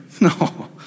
No